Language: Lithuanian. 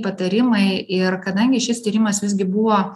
patarimai ir kadangi šis tyrimas visgi buvo